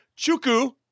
Chuku